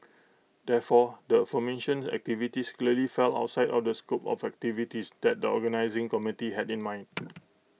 therefore the aforementioned activities clearly fell outside of the scope of activities that the organising committee had in mind